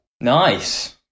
nice